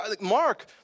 Mark